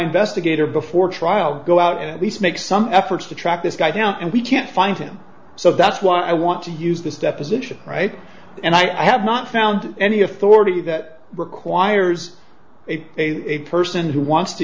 investigator before trial go out and at least make some efforts to track this guy down and we can't find him so that's why i want to use this deposition right and i have not found any authority that requires a person who wants to